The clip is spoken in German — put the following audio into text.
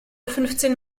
fünfzehn